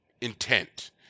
intent